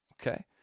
Okay